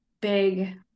big